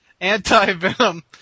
Anti-Venom